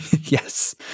yes